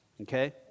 okay